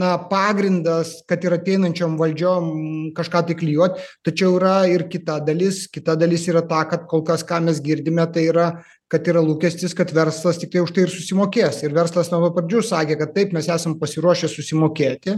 na pagrindas kad ir ateinančiom valdžiom kažką tai klijuot tačiau yra ir kita dalis kita dalis yra ta kad kol kas ką mes girdime tai yra kad yra lūkestis kad verslas tiktai už tai ir susimokės ir verslas nuo pat pradžių sakė kad taip mes esam pasiruošę susimokėti